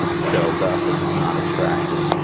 so thus, it has not attracted